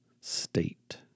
State